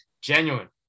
genuine